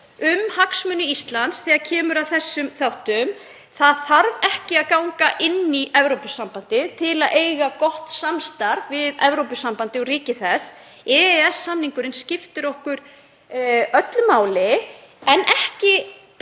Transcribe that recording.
um hagsmuni Íslands þegar kemur að þessum þáttum. Það þarf ekki að ganga í Evrópusambandið til að eiga gott samstarf við Evrópusambandið og ríki þess. EES-samningurinn skiptir okkur öllu máli en ekki bara